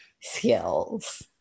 skills